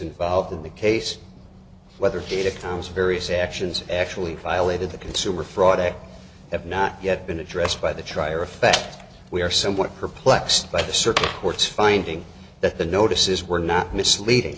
involved in the case whether to take time as various actions actually violated the consumer fraud i have not yet been addressed by the trier of fact we are somewhat perplexed by the supreme court's finding that the notices were not misleading